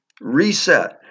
reset